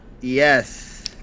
Yes